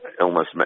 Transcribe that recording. illness